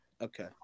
Okay